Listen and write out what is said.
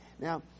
Now